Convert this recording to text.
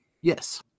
Yes